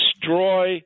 Destroy